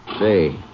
Say